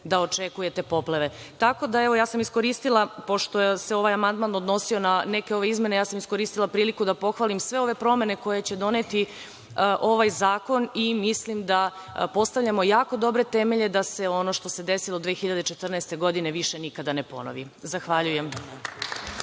da očekujete poplave. Pošto se ovaj amandman odnosio na neke izmene, ja sam iskoristila priliku da pohvalim sve ove promene koje će doneti ovaj zakon i mislim da postavljamo jako dobre temelje da se ono što se desilo 2014. godine više nikada ne ponovi. Zahvaljujem.